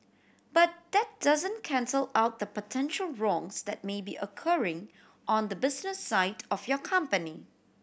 but that doesn't cancel out the potential wrongs that may be occurring on the business side of your company